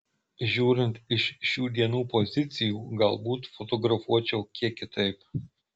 žiūrint iš šių dienų pozicijų galbūt fotografuočiau kiek kitaip